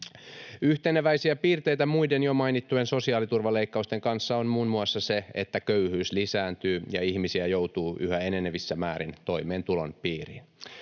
Yhteneväisiä piirteitä muiden jo mainittujen sosiaaliturvaleikkausten kanssa on muun muassa se, että köyhyys lisääntyy ja ihmisiä joutuu yhä enenevissä määrin toimeentulotuen piiriin.